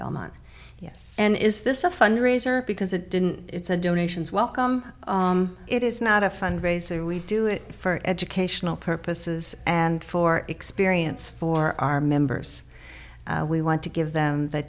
belmont yes and is this a fundraiser because it didn't it's a donations welcome it is not a fund raiser we do it for educational purposes and for experience for our members we want to give them